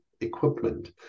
equipment